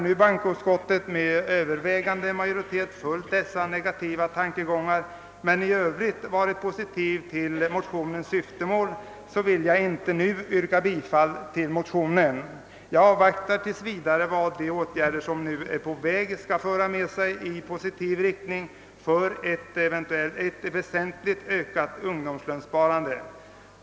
Då bankoutskottet med övervägande majoritet följt dessa negativa tankegångar men i övrigt ställt sig positivt till motionernas syftemål vill jag inte nu yrka bifall till dessa. Jag avvaktar tills vidare vad de åtgärder som är på väg skall föra med sig i riktning mot ett väsentligt ökat ungdomslönsparande.